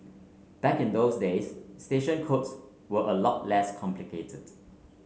back in those days station codes were a lot less complicated